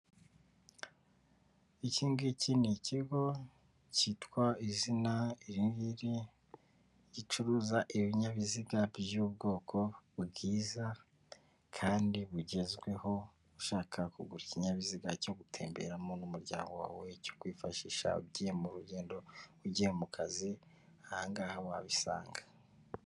Ikingiki ni ikigo cyitwa izina iringiri gicuruza ibinyabiziga by'ubwoko bwiza kandi bugezweho, ushaka kugura ikinyabiziga cyo gutemberamo umuryango wawe cyo kwifashisha, ugiye mu rugendo, ugiye mu kazi ni ahangaha wabisanga.